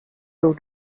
two